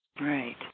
Right